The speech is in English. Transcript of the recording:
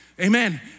Amen